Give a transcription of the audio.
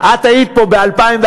את היית פה ב-2011,